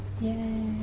Yay